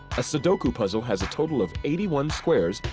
a sudoku puzzle has a total of eighty one squares,